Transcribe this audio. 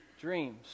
dreams